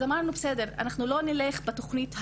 אז אמרנו שבסדר לא נלך בתוכנית המקורית.